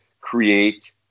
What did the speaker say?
create